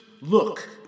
look